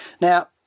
Now